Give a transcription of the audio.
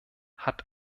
hat